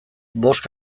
bost